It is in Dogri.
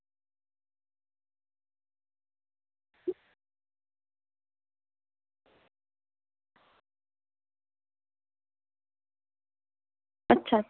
अच्छा